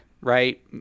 right